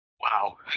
Wow